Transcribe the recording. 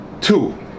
Two